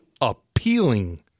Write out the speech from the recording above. appealing